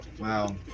Wow